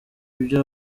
ibyo